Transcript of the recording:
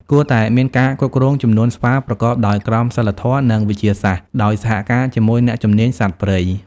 គួរតែមានការគ្រប់គ្រងចំនួនស្វាប្រកបដោយក្រមសីលធម៌ និងវិទ្យាសាស្ត្រ ដោយសហការជាមួយអ្នកជំនាញសត្វព្រៃ។